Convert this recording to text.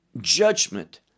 judgment